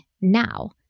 now